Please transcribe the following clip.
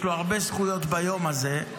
יש לו הרבה זכויות ביום הזה,